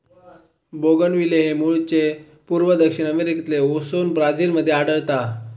bougainvillea हे मूळचे पूर्व दक्षिण अमेरिकेतले असोन ब्राझील मध्ये आढळता